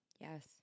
Yes